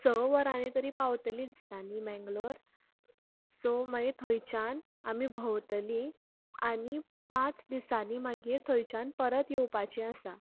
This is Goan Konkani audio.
स वरांनी तरी पावतली दिसता न्ही मेंगलोर सो मागीर थंयच्यान आमी भोंवतली आनी पांच दिसांनी मागीर थंयच्यान परत येवपाची आसा